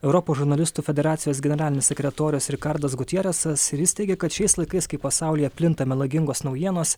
europos žurnalistų federacijos generalinis sekretorius rikardas gutjeresas ir jis teigė kad šiais laikais kai pasaulyje plinta melagingos naujienos